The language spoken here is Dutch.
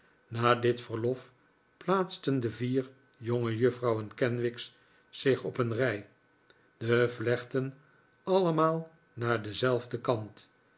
na dit verlof plaatsten de vier jongejuffrouwen kenwigs zich op een rij de vlechten allemaal naar denzelfden kant